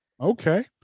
okay